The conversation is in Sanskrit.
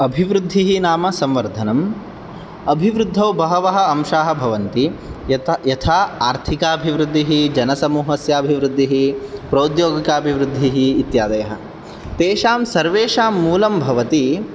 अभिवृद्धिः नाम संवर्धनम् अभिवृद्धौ बहवः अंशाः भवन्ति यथ् यथा आर्थिकाभिवृद्धिः जनसमूहस्य अभिवृद्धिः प्रौद्योगिकाभिवृद्धिः इत्यादयः तेषां सर्वेषां मूलं भवति